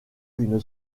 une